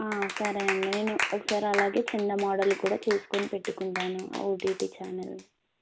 సరే అండి నేను ఒకసారి అలాగే చందా మోడలు కూడా చేసుకొని పెట్టుకుంటాను ఓటీటీ ఛానల్